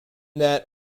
that